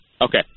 Okay